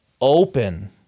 open